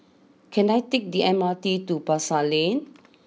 can I take the M R T to Pasar Lane